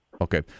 Okay